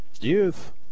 Youth